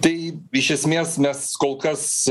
tai iš esmės mes kol kas